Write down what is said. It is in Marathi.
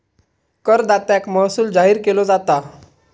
करदात्याक महसूल जाहीर केलो जाता